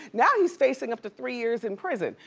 now he's facing up to three years in prison.